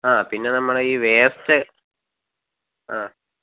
ആ പിന്നെ നമ്മൾ ഈ വേസ്റ്റ് ആ